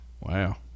Wow